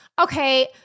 okay